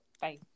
Bye